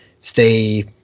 stay